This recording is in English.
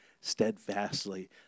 steadfastly